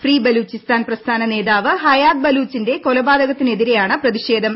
free Balochistan പ്രസ്ഥാന നേതാവ് ഹയാത്ത് ബലൂച്ചിന്റെ കൊലപാതകത്തിനെതിരെയാണ് പ്രതിഷേധം